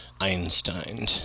Einstein